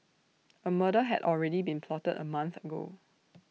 A murder had already been plotted A month ago